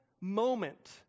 moment